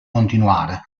continuare